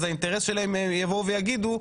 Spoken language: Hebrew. אז האינטרס שלהם הם יבואו ויגידו,